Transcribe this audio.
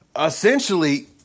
essentially